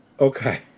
Okay